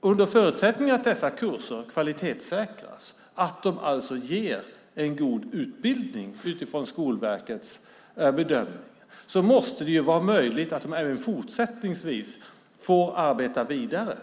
Under förutsättning att dessa kurser kvalitetssäkras - att de alltså ger en god utbildning utifrån Skolverkets bedömning - måste det ju vara möjligt att de även fortsättningsvis får arbeta vidare.